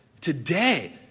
Today